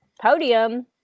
podium